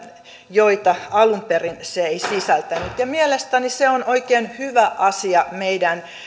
joita se ei alun perin sisältänyt ja mielestäni se on oikein hyvä asia meidän